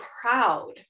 proud